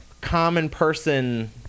common-person